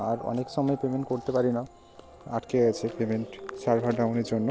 আর অনেক সময় পেমেন্ট করতে পারি না আটকে গিয়েছে পেমেন্ট সার্ভার ডাউনের জন্য